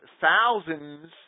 thousands